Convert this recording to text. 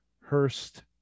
hurst